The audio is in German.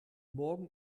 morgen